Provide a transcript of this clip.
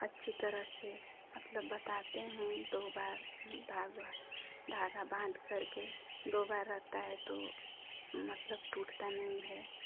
अच्छी तरह से मतलब बताते हैं दो बार धागा धागा बांध करके दो बार आता है तो मतलब टूटता नहीं है